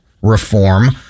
reform